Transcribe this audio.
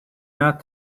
not